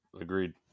Agreed